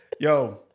Yo